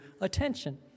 attention